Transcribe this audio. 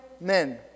men